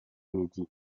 midi